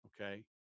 Okay